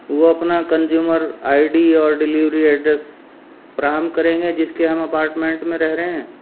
وہ اپنا consumer ID ڈی اور ڈیلیوری ایڈریس فراہم کریں گے جس کے ہم اپارٹمنٹ میں رہ رہے ہیں